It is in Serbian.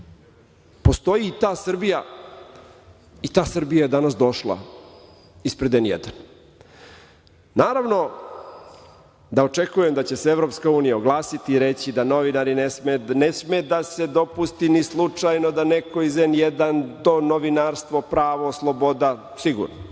gazda. Postoji i ta Srbija i ta Srbija je danas došli ispred N1.Naravno da očekujem da će se EU oglasiti i reći da ne sme da se dopusti ni slučajno da neko iz N1, to novinarstvo, pravo, sloboda, sigurno.